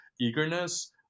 eagerness